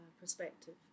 perspective